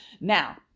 now